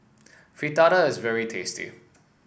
Fritada is very tasty